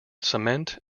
cement